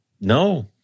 No